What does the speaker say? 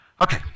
Okay